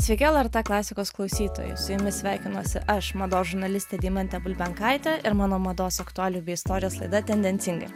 sveiki lrt klasikos klausytojai su jumis sveikinuosi aš mados žurnalistė deimantė bulbenkaitė ir mano mados aktualijų bei istorijos laida tendencingai